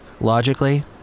logically